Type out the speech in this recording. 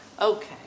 okay